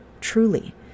truly